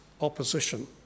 opposition